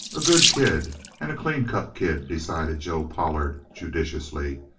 a good kid and a clean-cut kid, decided joe pollard judicially.